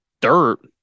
dirt